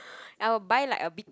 I will buy like a big